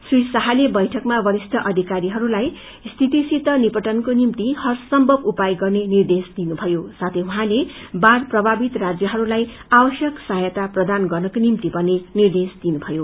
श्री शाहले बैठकमा वरिष्ठ अधिकारीहरूलाई स्थितिसित निपटनको निम्ति हरसम्भव उपाय गर्ने निर्देश दिनुभयो साथै उहाँले बाढ प्रमावित राज्यहस्लाई आवश्यक सहायता प्रदान गर्नको निम्ति पनि निर्देश्र दिजुभयो